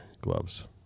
gloves